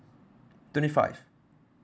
twenty five